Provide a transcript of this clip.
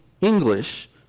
English